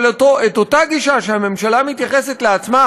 אבל אותה גישה שבה הממשלה מתייחסת לעצמה,